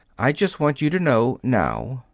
i just want you to know, now,